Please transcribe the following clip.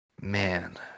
Man